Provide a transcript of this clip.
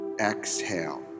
Exhale